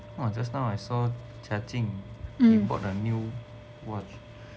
!wah! just now I saw cai jing he bought a new watch